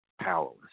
powerless